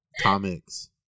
Comics